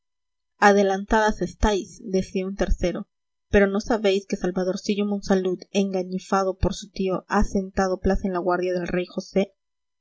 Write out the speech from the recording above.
adelantadas estáis decía un tercero pero no sabéis que salvadorcillo monsalud engañifado por su tío ha sentado plaza en la guardia del rey josé